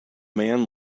man